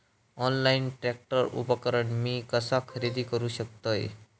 Online tractor उपकरण मी कसा खरेदी करू शकतय?